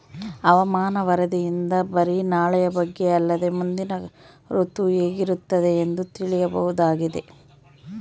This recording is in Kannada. ಹವಾಮಾನ ವರದಿಯಿಂದ ಬರಿ ನಾಳೆಯ ಬಗ್ಗೆ ಅಲ್ಲದೆ ಮುಂದಿನ ಋತು ಹೇಗಿರುತ್ತದೆಯೆಂದು ತಿಳಿಯಬಹುದಾಗಿದೆ